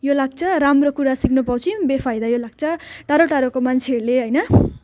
यो लाग्छ राम्रो कुरा सिक्नपाउँछौँ बेफाइदा यो लाग्छ टाढोटाढोको मान्छेहरूले होइन